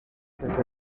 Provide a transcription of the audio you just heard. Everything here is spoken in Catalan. sense